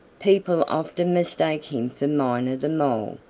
people often mistake him for miner the mole,